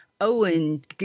Owen